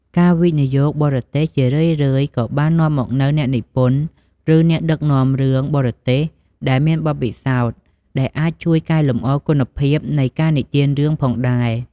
ការវិនិយោគបរទេសជារឿយៗក៏នាំមកនូវអ្នកនិពន្ធ ឬអ្នកដឹកនាំរឿងបរទេសដែលមានបទពិសោធន៍ ដែលអាចជួយកែលម្អគុណភាពនៃការនិទានរឿងផងដែរ។